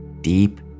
deep